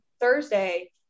Thursday